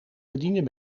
bedienen